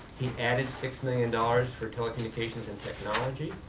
he added six million dollars for telecommunications and technology.